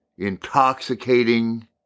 intoxicating